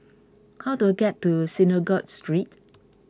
how do I get to Synagogue Street